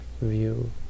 view